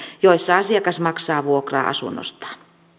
jossa asiakas maksaa vuokraa asunnostaan